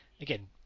again